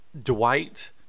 Dwight